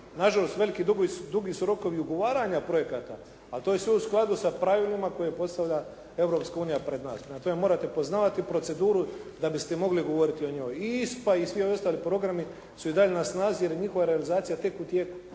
Na žalost veliki, dugi su rokovi ugovaranja projekata, ali to je sve u skladu sa pravilima koje postavlja Europska unija pred nas. Prema tome, morate poznavati proceduru da biste mogli govoriti o njoj. I ISPA i svi ovi ostali programi su i dalje na snazi, jer je njihova realizacija tek u tijeku,